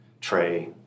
tray